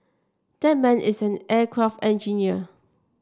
that man is an aircraft engineer